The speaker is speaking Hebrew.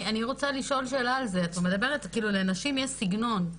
את אומרת, כאילו לנשים יש סגנון.